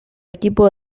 equipo